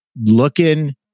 looking